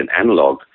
analog